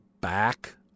back